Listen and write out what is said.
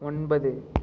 ஒன்பது